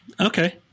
Okay